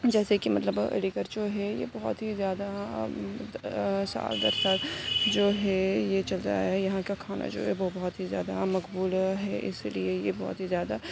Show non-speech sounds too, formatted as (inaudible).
جیسے کہ مطلب علی گڑھ جو ہے یہ بہت ہی زیادہ (unintelligible) جو ہے یہ جگہ ہے یہاں کا کھانا جو ہے وہ بہت ہی زیادہ مقبول ہے اس لیے یہ بہت ہی زیادہ